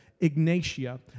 Ignatia